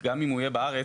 גם אם הוא יהיה בארץ,